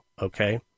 okay